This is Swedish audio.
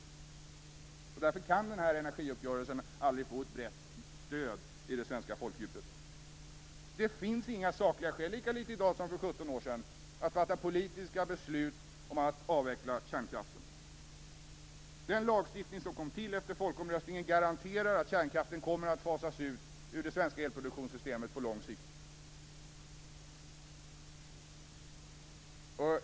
Därför kan denna energiuppgörelse aldrig få ett brett stöd i det svenska folkdjupet. Det finns inga sakliga skäl, lika litet i dag som för 17 år sedan, för att fatta politiska beslut om att avveckla kärnkraften. Den lagstiftning som kom till efter folkomröstningen garanterar att kärnkraften kommer att fasas ut ur det svenska elproduktionssystemet på lång sikt.